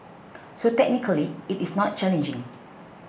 so technically it is not challenging